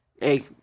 hey